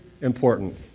Important